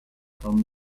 from